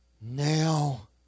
now